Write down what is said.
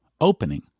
opening